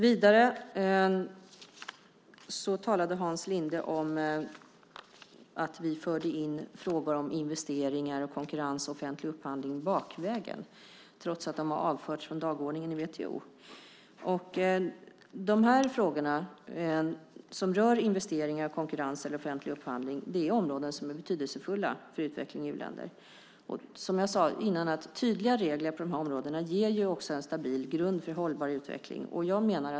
Vidare talade Hans Linde om att vi förde in frågor om investeringar, konkurrens och upphandling bakvägen trots att de har avförts från dagordningen i WTO. De frågor som rör områden som investeringar, konkurrens och upphandling är betydelsefulla för utveckling i u-länder. Jag sade innan att tydliga regler på de områdena ger en stabil grund för hållbar utveckling.